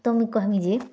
ତ ମୁଇଁ କହିମିଁ ଯେ